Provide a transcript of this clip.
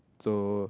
so